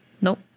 nope